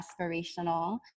aspirational